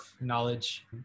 knowledge